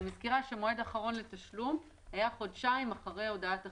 אני מזכירה שמועד אחרון לתשלום היה חודשיים אחרי הודעת החיוב.